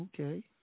Okay